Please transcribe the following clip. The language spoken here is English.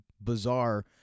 bizarre